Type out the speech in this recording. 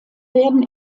werden